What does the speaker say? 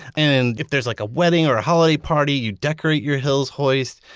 and if there's like a wedding or a holiday party, you decorate your hills hoist.